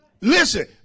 Listen